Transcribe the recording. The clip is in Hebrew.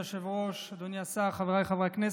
אדוני היושב-ראש, אדוני השר, חבריי חברי הכנסת,